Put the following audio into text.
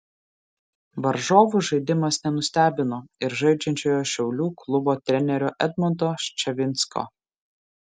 varžovų žaidimas nenustebino ir žaidžiančiojo šiaulių klubo trenerio edmundo ščavinsko